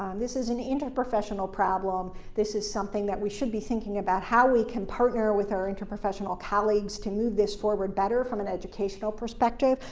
and this is an interprofessional problem. this is something that we should be thinking about how we can partner with our interprofessional colleagues to move this forward better from an educational perspective,